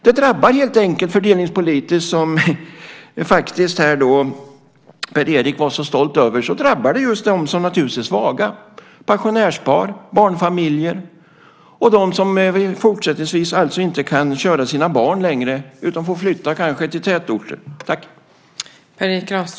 Det som Per Erik var så stolt över drabbar helt enkelt fördelningspolitiskt just dem som är svaga: pensionärspar, barnfamiljer och dem som fortsättningsvis alltså inte kan köra sina barn längre utan kanske får flytta till tätort.